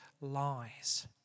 lies